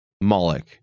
Moloch